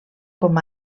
com